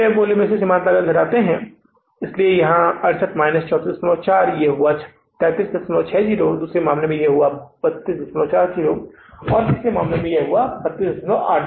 बिक्री मूल्य में से सीमांत लागत घटाते है इसलिए यह 68 माइनस 3440 ये 3360 है दूसरा में ये 3240 है और अगला 3280 है